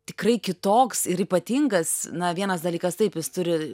tikrai kitoks ir ypatingas na vienas dalykas taip jis turi